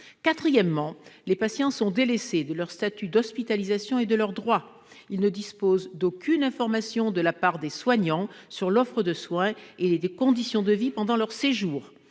patients sont également dessaisis de leur statut d'hospitalisation et de leurs droits. Ils ne disposent d'aucune information de la part des soignants sur l'offre de soins et les conditions de vie pendant leur séjour.